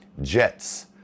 Jets